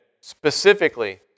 specifically